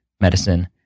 medicine